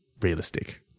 realistic